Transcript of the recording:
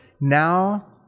now